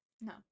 No